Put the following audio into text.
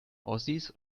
ossis